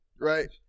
Right